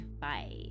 Bye